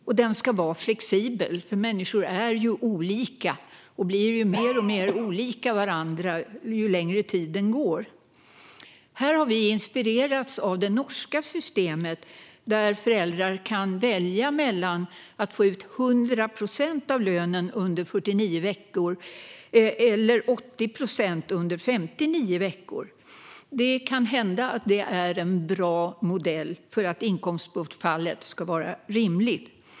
Den ska också vara flexibel, för människor är ju olika och blir mer och mer olika varandra ju längre tiden går. Här har vi inspirerats av det norska systemet, där föräldrar kan välja att få ut 100 procent av lönen under 49 veckor eller 80 procent under 59 veckor. Det kan hända att det är en bra modell för att inkomstbortfallet ska vara rimligt.